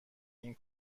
این